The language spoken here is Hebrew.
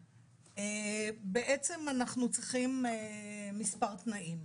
בעצם אנחנו צריכים מספר תנאים.